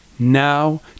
now